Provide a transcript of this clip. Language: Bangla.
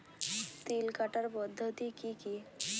তিল কাটার পদ্ধতি কি কি?